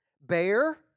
Bear